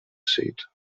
seat